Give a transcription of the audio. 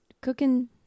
cooking